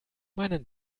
meinen